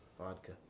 Vodka